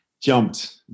jumped